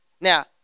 Now